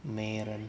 美人